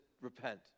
Repent